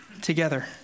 together